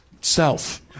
self